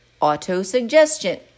auto-suggestion